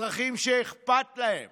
אזרחים שאכפת להם